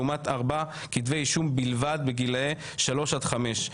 לעומת ארבעה כתבי אישום בלבד בגילאי שלוש עד חמש.